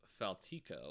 Faltico